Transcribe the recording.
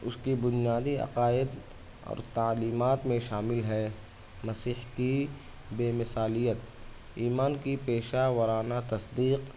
اس کی بنیادی عقائد اور تعلیمات میں شامل ہے مسیح کی بے مثالیت ایمان کی پیشہ وارانہ تصدیق